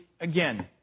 again